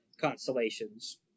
constellations